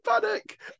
panic